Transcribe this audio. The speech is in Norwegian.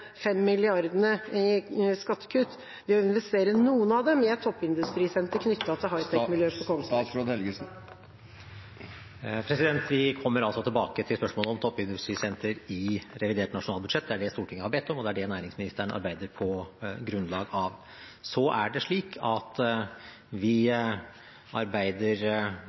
i skattekutt ved å investere noen av dem i et toppindustrisenter knyttet til high tech-miljøet på Kongsberg? Vi kommer tilbake til spørsmålet om toppindustrisenter i revidert nasjonalbudsjett. Det er det Stortinget har bedt om, og det er det næringsministeren arbeider på grunnlag av. Vi arbeider med generelle tiltak, som er